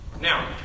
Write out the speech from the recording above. Now